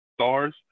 stars